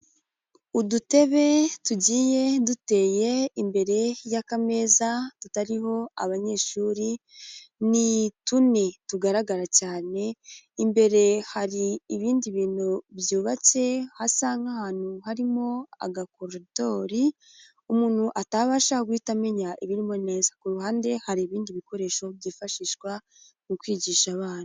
Udutebe tugiye duteye imbere y'akameza tutariho abanyeshuri ni tune tugaragara cyane imbere hari ibindi bintu byubatse hasa nk'ahantu harimo agakoridori umuntu atabasha guhita amenya ibirimo neza, ku ruhande hari ibindi bikoresho byifashishwa mu kwigisha abana.